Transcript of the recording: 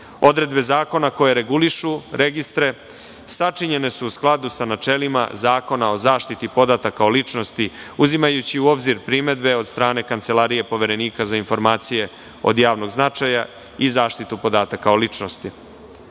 naplate. Odredbe zakona koje regulišu registre sačinjene su u skladu sa načelima Zakona o zaštiti podataka o ličnosti, uzimajući u obzir primedbe od strane Kancelarije Poverenika za informacije od javnog značaja i zaštitu podataka o ličnosti,